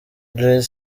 jay